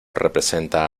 representa